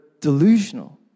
delusional